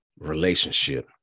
relationship